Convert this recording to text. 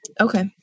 Okay